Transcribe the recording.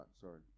Sorry